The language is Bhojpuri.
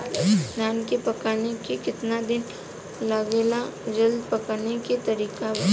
धान के पकने में केतना दिन लागेला जल्दी पकाने के तरीका बा?